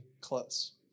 close